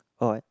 alright